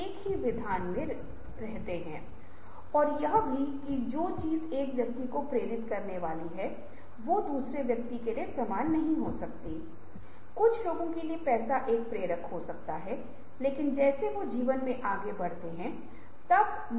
और जो क्या चीज़ सुविधा प्रदान करती है और जो व्यवहार रचनात्मकता और नवीनता को बाधित करता है और तदनुसार हमें यह देखना होगा कि कर्मचारियों या रचनात्मकता समूह के हितधारकों के व्यवहार मे क्या बदला जा सकता है